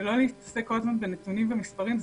ולא להתעסק כל הזמן בנתונים ומספרים,